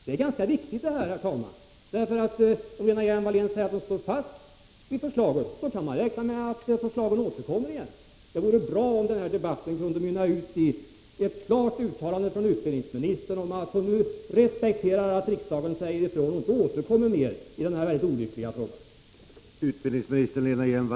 Det är ganska viktigt det här, herr talman, därför att om Lena Hjelm Wallén säger att hon står fast vid förslaget kan man räkna med att detta återkommer. Det vore bra om den här debatten kunde mynna ut i ett klart uttalande från utbildningsministern om att hon respekterar att riksdagen nu säger ifrån och inte återkommer i denna mycket olyckliga fråga.